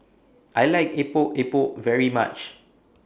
I like Epok Epok very much